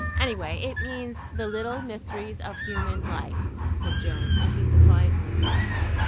anyway, it means the little mysteries of human life said joan, looking defiantly about her.